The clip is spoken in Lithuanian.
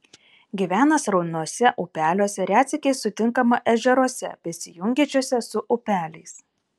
gyvena srauniuose upeliuose retsykiais sutinkama ežeruose besijungiančiuose su upeliais